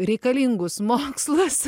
reikalingus mokslus